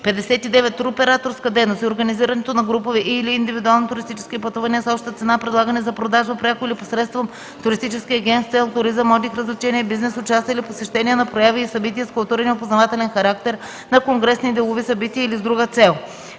59. „Туроператорска дейност” е организирането на групови и/или индивидуални туристически пътувания с обща цена, предлагани за продажба, пряко или посредством туристически агент с цел туризъм, отдих, развлечение, бизнес, участие или посещение на прояви и събития с културен и опознавателен характер, на конгресни и делови събития или с друга цел.